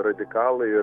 radikalai ir